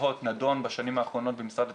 הוט נדון בשנים האחרונות במשרד התקשורת,